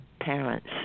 parents